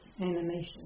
animation